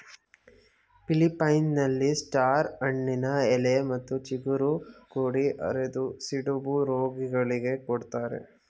ಫಿಲಿಪ್ಪೈನ್ಸ್ನಲ್ಲಿ star ಹಣ್ಣಿನ ಎಲೆ ಮತ್ತು ಚಿಗುರು ಕುಡಿ ಅರೆದು ಸಿಡುಬು ರೋಗಿಗಳಿಗೆ ಕೊಡ್ತಾರೆ